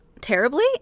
terribly